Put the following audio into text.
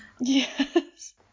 Yes